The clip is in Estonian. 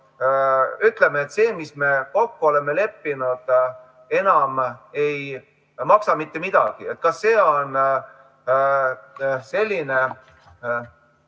ütleme, et see, mis me kokku oleme leppinud, enam ei maksa mitte midagi? Kas see on selline